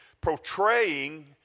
portraying